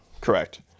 Correct